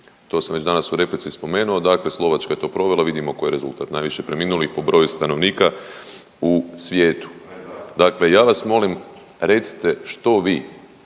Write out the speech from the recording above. to sam već danas u replici spomenuo. Dakle, Slovačka je to provela vidimo koji je rezultat, najviše preminulih po broju stanovnika u svijetu. Dakle, ja vas molim recite što vi,